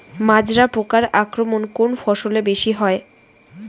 মাজরা পোকার আক্রমণ কোন ফসলে বেশি হয়?